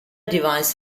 device